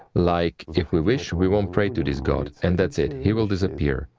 like if we wish, we won't pray to this god, and that's it, he will disappear.